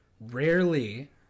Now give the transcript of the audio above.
Rarely